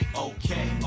okay